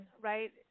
right